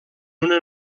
una